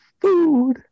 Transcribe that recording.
food